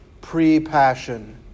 pre-passion